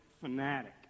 fanatic